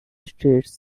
streets